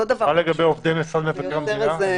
מה לגבי עובדי מבקר המדינה?